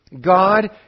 God